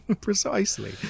precisely